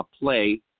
play